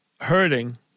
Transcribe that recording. hurting